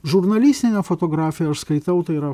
žurnalistinė fotografija aš skaitau tai yra